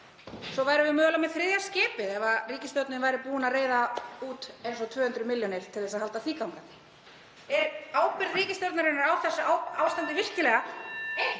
Svo værum við mögulega með þriðja skipið ef ríkisstjórnin væri búin að reiða út eins og 200 milljónir til að halda því gangandi. Er ábyrgð ríkisstjórnarinnar á þessu ástandi (Forseti